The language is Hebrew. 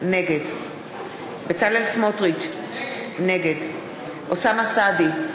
נגד בצלאל סמוטריץ, נגד אוסאמה סעדי,